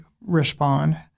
respond